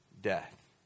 death